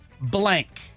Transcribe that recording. blank